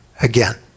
again